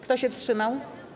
Kto się wstrzymał?